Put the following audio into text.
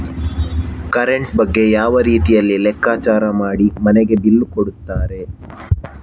Current ಬಗ್ಗೆ ಯಾವ ರೀತಿಯಲ್ಲಿ ಲೆಕ್ಕಚಾರ ಮಾಡಿ ಮನೆಗೆ ಬಿಲ್ ಕೊಡುತ್ತಾರೆ?